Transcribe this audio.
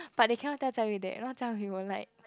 but they cannot tell jia-yu that if not jia-yu will like